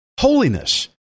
holiness